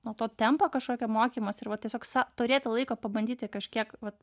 nuo to tempo kažkokio mokymosi ir vat tiesiog sa turėti laiko pabandyti kažkiek vat